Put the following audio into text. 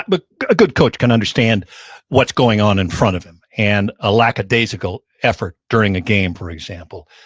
but a good coach can understand what's going on in front of him. and a lackadaisical effort during a game, for example,